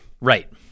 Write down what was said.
Right